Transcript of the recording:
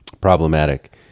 Problematic